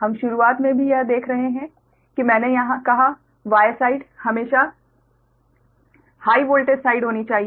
हम शुरुआत में भी यह बता रहे हैं कि मैंने कहा Y साइड हमेशा हाइ वोल्टेज साइड होनी चाहिए